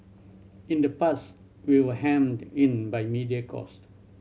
in the past we were hemmed in by media cost